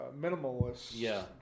minimalist